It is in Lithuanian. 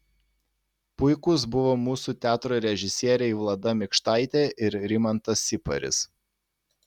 puikūs buvo mūsų teatro režisieriai vlada mikštaitė ir rimantas siparis